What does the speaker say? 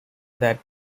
that